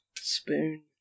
Spoon